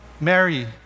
Mary